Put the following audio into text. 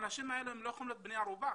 האנשים האלה לא יכולים להיות בני ערובה,